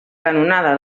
canonada